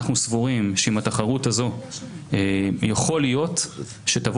אנחנו סבורים שעם התחרות יכול להיות שתבוא